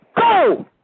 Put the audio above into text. Go